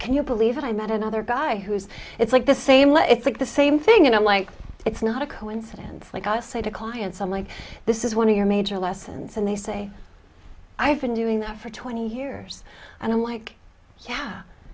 can you believe i met another guy who's it's like the same let me think the same thing and i'm like it's not a coincidence like i say to clients i'm like this is one of your major lessons and they say i've been doing that for twenty years and i'm like yeah